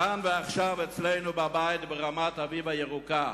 כאן ועכשיו, אצלנו בבית, ברמת-אביב הירוקה"